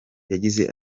yagize